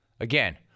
Again